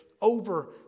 over